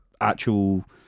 actual